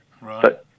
right